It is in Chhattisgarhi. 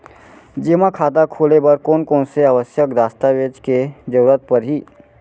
जेमा खाता खोले बर कोन कोन से आवश्यक दस्तावेज के जरूरत परही?